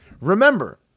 Remember